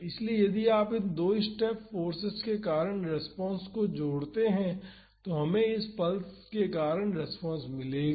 इसलिए यदि आप इन दो स्टेप फोर्सेज के कारण रेस्पॉन्स जोड़ते हैं तो हमें इस पल्स के कारण रेस्पॉन्स मिलेगा